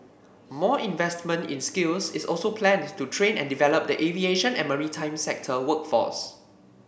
more investment in skills is also planned to train and develop the aviation and maritime sector workforce